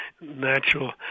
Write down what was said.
natural